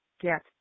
get